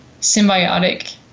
symbiotic